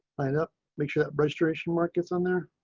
line up make sure that registration markets on there.